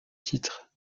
titre